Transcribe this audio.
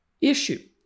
issue